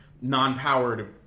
non-powered